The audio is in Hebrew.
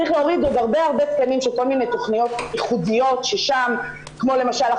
צריך להוריד עוד הרבה תקנים של כל מיני תכניות ייחודיות ששם כמו למשל,